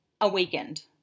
awakened